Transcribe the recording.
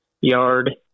yard